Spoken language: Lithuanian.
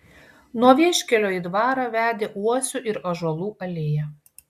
nuo vieškelio į dvarą vedė uosių ir ąžuolų alėja